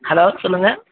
hello சொல்லுங்கள்